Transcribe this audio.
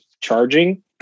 charging